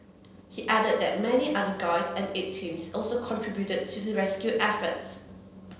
he added that many other guides and aid teams also contributed to the rescue efforts